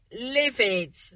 livid